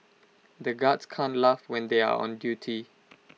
the guards can't laugh when they are on duty